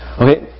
Okay